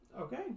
okay